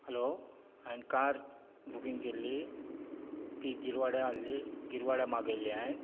hello हांयेन car booking केल्ली ती गिरवाड्या आहली गिरवाड्या मागयल्ली हांयन